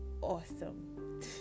awesome